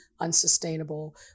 unsustainable